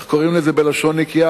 איך קוראים לזה בלשון נקייה,